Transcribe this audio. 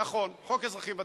נכון, חוק האזרחים הוותיקים.